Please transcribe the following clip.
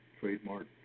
trademark